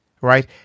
Right